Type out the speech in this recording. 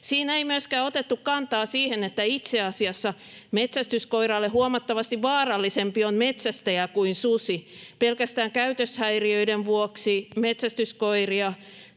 Siinä ei myöskään otettu kantaa siihen, että itse asiassa metsästyskoiralle huomattavasti vaarallisempi on metsästäjä kuin susi. [Sanna Antikaisen välihuuto] Pelkästään käytöshäiriöiden vuoksi metsästyskoiria